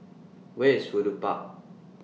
Where IS Fudu Park